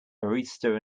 barista